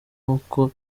uko